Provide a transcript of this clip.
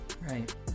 Right